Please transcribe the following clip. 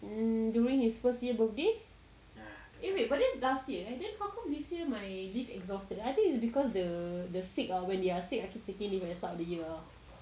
during his first year birthday eh wait but that is last year but then how come this year my leave exhausted I think it's because the the sick or when they are sick I keep taking leave at the start of the year